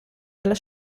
dalla